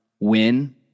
Win